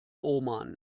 oman